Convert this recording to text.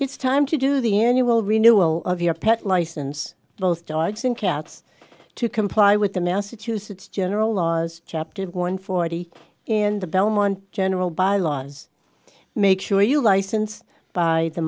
it's time to do the annual renewal of your pet license both dogs and cats to comply with the massachusetts general laws chapter one forty in the belmont general bylaws make sure you license by the